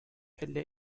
پله